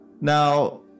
Now